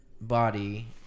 body